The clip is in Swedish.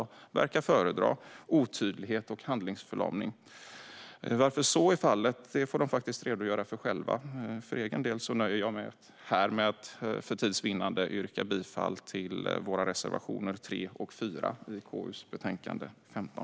Man verkar föredra otydlighet och handlingsförlamning. Varför så är fallet får de faktiskt redogöra för själva. För egen del nöjer jag mig med att för tids vinnande yrka bifall till våra reservationer 3 och 4 i KU:s betänkande 15.